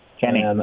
Kenny